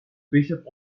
bishop